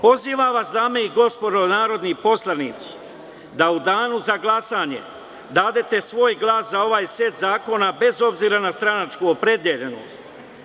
Pozivam vas, dame i gospodo narodni poslanici, da u danu za glasanje date svoj glas za ovaj set zakona, bez obzira na stranačku opredeljenost.